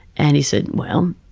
and he said, well,